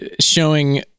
showing